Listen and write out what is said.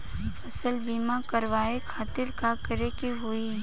फसल बीमा करवाए खातिर का करे के होई?